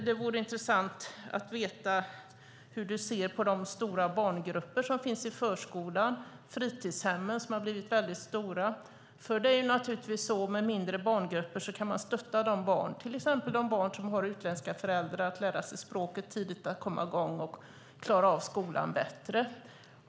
Det vore intressant att även höra hur du ser på de stora barngrupper som finns i förskolan och i fritidshemmen. De har ju blivit väldigt stora. Med mindre barngrupper kan man naturligtvis stötta barnen, till exempel de barn som har utländska föräldrar, så att de tidigt lär sig språket, kommer i gång och klarar av skolan bättre.